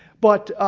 but